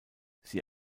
sie